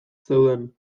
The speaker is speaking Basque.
zeuden